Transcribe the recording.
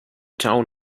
town